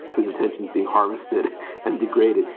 his attention to being harvested and degraded.